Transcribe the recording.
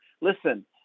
Listen